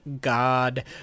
god